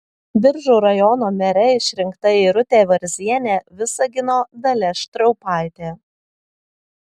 biržų rajono mere išrinkta irutė varzienė visagino dalia štraupaitė